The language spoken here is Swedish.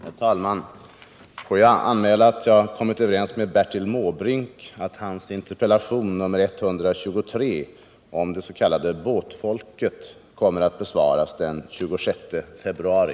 Herr talman! Jag vill anmäla att jag kommit överens med Bertil Måbrink att hans interpellation nr 123 om det s.k. båtfolket kommer att besvaras den 26 februari.